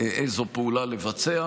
איזו פעולה לבצע.